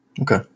Okay